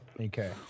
Okay